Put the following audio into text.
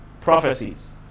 Prophecies